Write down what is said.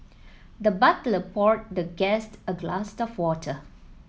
the butler poured the guest a glass of water